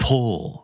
Pull